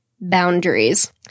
boundaries